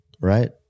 right